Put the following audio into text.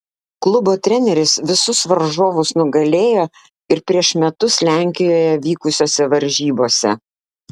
klubo treneris visus varžovus nugalėjo ir prieš metus lenkijoje vykusiose varžybose